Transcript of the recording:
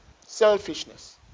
Selfishness